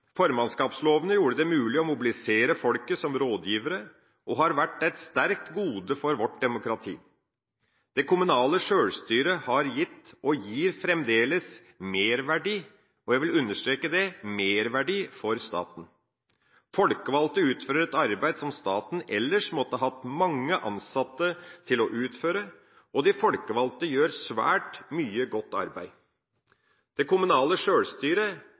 Formannskapslovene gjorde det mulig å mobilisere folket som rådgivere og har vært et sterkt gode for vårt demokrati. Det kommunale sjølstyret har gitt – og gir fremdeles – merverdi. Jeg vil understreke det – merverdi – for staten. Folkevalgte utfører et arbeid som staten ellers måtte hatt mange ansatte til å utføre, og de folkevalgte gjør svært mye godt arbeid. Det kommunale sjølstyret